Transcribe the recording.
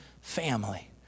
family